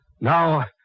Now